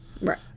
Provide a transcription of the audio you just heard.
Right